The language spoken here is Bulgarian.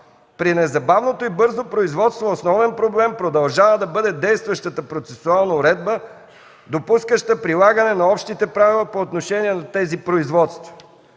при незабавното и бързо производство, основен проблем продължава да бъде действащата процесуална уредба, допускаща прилагане на общите правила по отношение на тези производства.